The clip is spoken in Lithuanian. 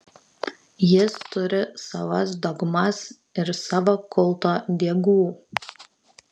jis turi savas dogmas ir savo kulto diegų